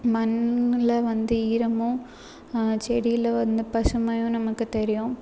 மண்ணில் வந்து ஈரமும் செடியில் வந்து பசுமையும் நமக்குத் தெரியும்